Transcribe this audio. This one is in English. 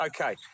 Okay